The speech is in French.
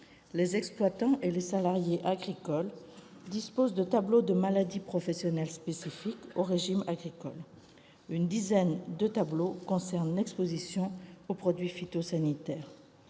Les exploitants et les salariés agricoles disposent de tableaux de maladies professionnelles spécifiques au régime agricole. Une dizaine de tableaux concernent l'exposition aux produits phytosanitaires.